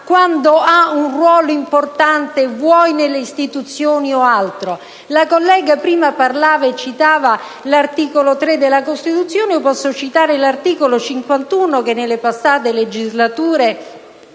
quando ha un ruolo importante, nelle istituzioni o altrove. La collega Di Giorgi prima ha citato l'articolo 3 della Costituzione. Io posso citare l'articolo 51, visto che nelle passate legislature